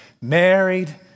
Married